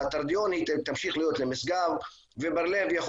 תרדיון ימשיך להיות למשגב ובר לב יכול